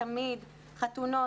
ותמיד חתונות,